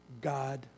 God